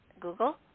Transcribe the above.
Google